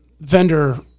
vendor